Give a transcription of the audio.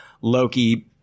Loki